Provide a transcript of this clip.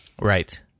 Right